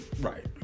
Right